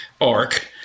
arc